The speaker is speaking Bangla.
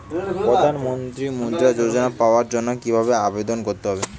প্রধান মন্ত্রী মুদ্রা যোজনা পাওয়ার জন্য কিভাবে আবেদন করতে হবে?